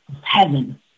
heaven